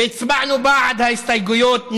והצבענו בעד ההסתייגויות,